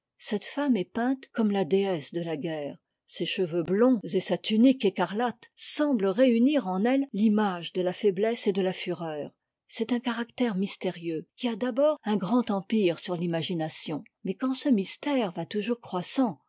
cette femme est peinte comme la déesse de la guerre ses cheveux blonds et sa tunique écarlate semblent réunir en elle l'image de la faiblesse et de la fureur c'est un caractère mystérieux qui a d'abord un grand empire sur l'imagination mais quand ce mystère va toujours croissant